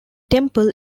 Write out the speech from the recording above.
temple